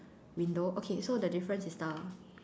window okay so the difference is the